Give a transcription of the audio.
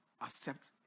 accept